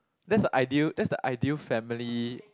that's the ideal that's the ideal family